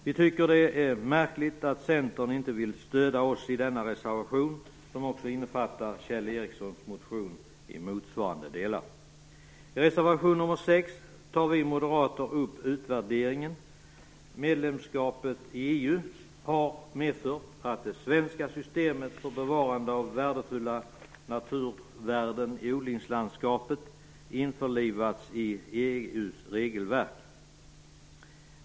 Vi tycker att det är märkligt att Centern inte vill stödja oss i denna reservation, som också innefattar Kjell Ericssons motion i motsvarande delar. I reservation 6 tar vi moderater upp utvärderingen av vad det inneburit att medlemskapet i EU medfört att det svenska systemet för bevarande av värdefulla naturvärden i odlingslandskapet införlivats i EU:s regelverk.